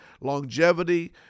Longevity